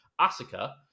Asuka